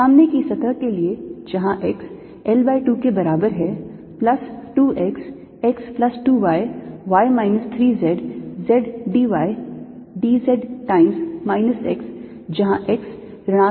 सामने की सतह के लिए जहाँ x L by 2 के बराबर है plus 2 x x plus 2 y y minus 3 z z d y d z times minus x जहाँ x ऋणात्मक L by 2 के बराबर है यह एक पीछे की सतह है